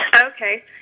Okay